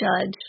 judge